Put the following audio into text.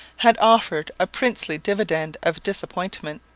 had offered a princely dividend of disappointment.